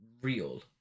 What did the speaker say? real